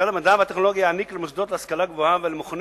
משרד המדע והטכנולוגיה יעניק למוסדות להשכלה גבוהה ולמכוני